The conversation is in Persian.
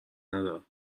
ندارم